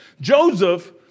Joseph